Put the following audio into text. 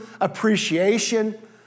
appreciation